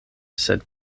sed